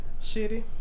shitty